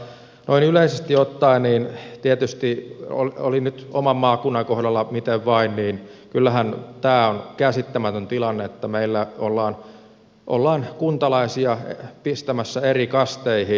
noin yleisesti ottaen tietysti oli nyt oman maakunnan kohdalla miten vain kyllähän tämä on käsittämätön tilanne että meillä ollaan kuntalaisia pistämässä eri kasteihin